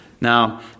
Now